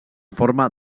forma